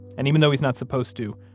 and even though he's not supposed to,